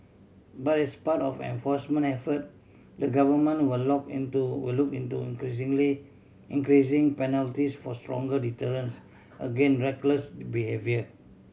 but as part of enforcement effort the government will lock into will look into increasingly increasing penalties for stronger deterrence against reckless D behaviour